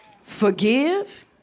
forgive